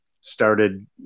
started